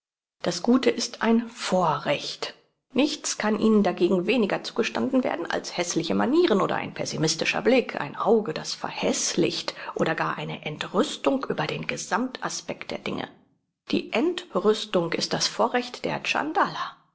das gute ist ein vorrecht nichts kann ihnen dagegen weniger zugestanden werden als häßliche manieren oder ein pessimistischer blick ein auge das verhäßlicht oder gar eine entrüstung über den gesammt aspekt der dinge die entrüstung ist das vorrecht der